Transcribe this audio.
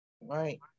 right